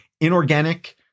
inorganic